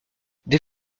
des